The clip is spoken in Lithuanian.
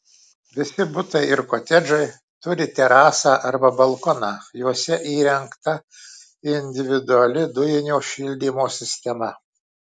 visi butai ir kotedžai turi terasą arba balkoną juose įrengta individuali dujinio šildymo sistema